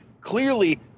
clearly